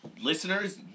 Listeners